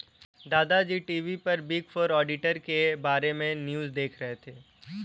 दादा जी टी.वी पर बिग फोर ऑडिटर के बारे में न्यूज़ देख रहे थे